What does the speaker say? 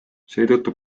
seetõttu